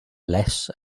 less